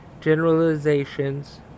generalizations